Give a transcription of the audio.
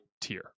tier